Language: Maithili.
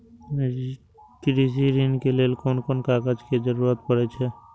कृषि ऋण के लेल कोन कोन कागज के जरुरत परे छै?